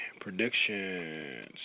predictions